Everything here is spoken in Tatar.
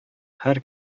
һәр